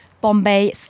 Bombay